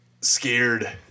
scared